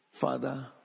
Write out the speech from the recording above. Father